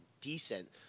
decent